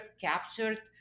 captured